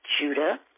Judah